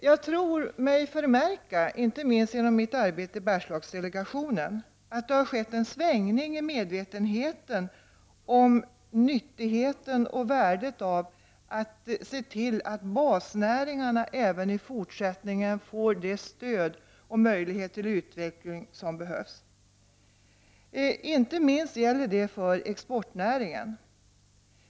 Jag tror mig förmärka, inte minst genom mitt arbete i Bergslagsdelegationen, att det har skett en svängning i medvetenheten om nyttigheten och värdet av att se till att basnäringarna även i fortsättningen får det stöd och de möjligheter till utveckling som behövs. Inte minst gäller detta för exportnäringen.